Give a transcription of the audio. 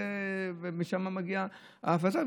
ומשם מגיעה ההפצה.